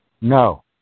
No